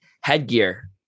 headgear